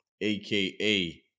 aka